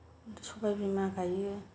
किन्तु सबाय बिमा गाय